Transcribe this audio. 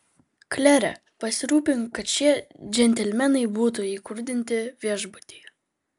klere pasirūpink kad šie džentelmenai būtų įkurdinti viešbutyje